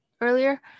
earlier